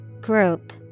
Group